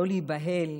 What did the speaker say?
לא להיבהל,